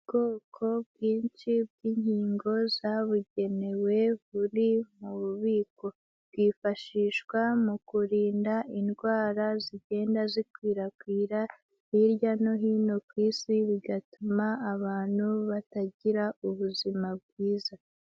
Ubwoko bwinshi bw'inkingo zabugenewe buri mu bubiko bwifashishwa mu kurinda indwara zigenda zikwirakwira hirya no hino ku isi bigatuma abantu batagira ubuzima bwiza.